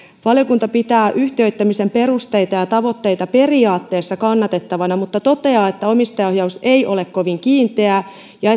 valiokunta pitää yhtiöittämisen perusteita ja tavoitteita periaatteessa kannatettavina mutta toteaa että omistajaohjaus ei ole kovin kiinteää ja